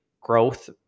growth